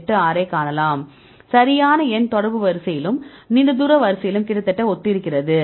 86 ஐக் காணலாம் சரியான எண் தொடர்பு வரிசையிலும் நீண்ட தூர வரிசையிலும் கிட்டத்தட்ட ஒத்திருக்கிறது